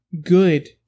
good